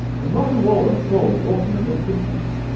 when rock'n'roll and soul broke in the mid fifty s,